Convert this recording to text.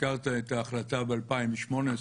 הזכרת את ההחלטה ב-2018.